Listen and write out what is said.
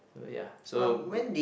so ya so